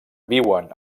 viuen